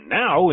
now